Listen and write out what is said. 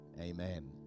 amen